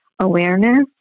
awareness